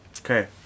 Okay